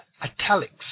Italics